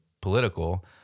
political